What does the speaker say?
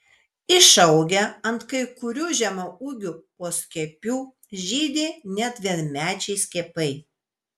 išaugę ant kai kurių žemaūgių poskiepių žydi net vienmečiai skiepai